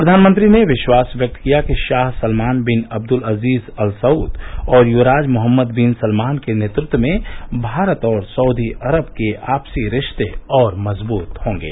प्रधानमंत्री ने विश्वास व्यक्त किया कि शाह Salman bin Abdulaziz Al Saud और युवराज मोहम्मद बिन सलमान के नेतृत्व में भारत और सऊदी अरब के आपसी रिश्ते और मजबूत होंगे